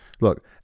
look